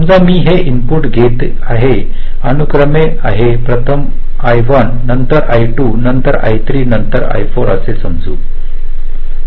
समजा मी हे इनपुट घेतो जे मी अनुक्रमे येत आहेत प्रथम I1 नंतर I2 नंतर I3 आणि नंतर I4 असे समजू